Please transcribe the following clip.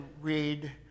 read